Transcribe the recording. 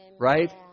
Right